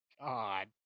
God